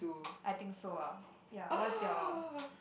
I think so lah ya what's your